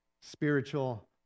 spiritual